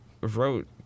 wrote